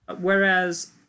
Whereas